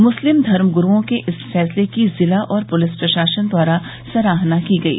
मुस्लिम धर्म गुरूओं के इस फैसले की जिला और पुलिस प्रशासन द्वारा सराहना की गयी